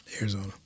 Arizona